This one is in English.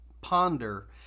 ponder